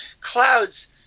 clouds